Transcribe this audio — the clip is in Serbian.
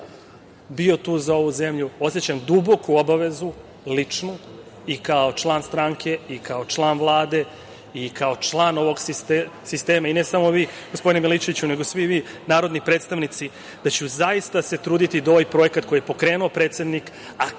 bio tu za ovu zemlju, osećam duboku obavezu, ličnu, i kao član stranke, i kao član Vlade, i kao član ovog sistema, i ne samo vi, gospodine Milićeviću, nego svi vi narodni predstavnici, da ću se zaista truditi da ovaj projekat koji je pokrenuo predsednik, a